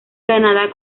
canadá